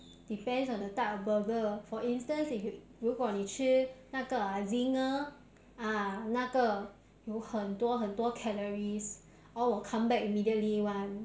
depends on the type of burger for instance if you 如果你吃那个 zinger ah 那个有很多很多 calories all will come back immediately [one]